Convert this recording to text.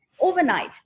overnight